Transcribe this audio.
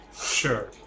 Sure